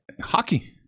Hockey